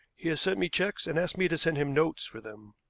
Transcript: he has sent me checks and asked me to send him notes for them.